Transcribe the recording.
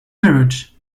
mirage